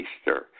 Easter